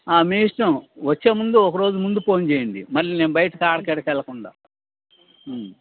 మీ ఇష్టం వచ్చే ముందు ఒక రోజు ముందు ఫోన్ చేయండి మళ్ళీ నేను బయటికి అక్కడికీ ఇక్కడికి వెళ్ళకుండా